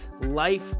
life